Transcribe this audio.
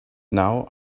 now